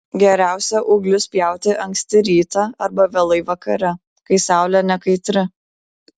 geriausia ūglius pjauti anksti rytą arba vėlai vakare kai saulė nekaitri